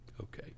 Okay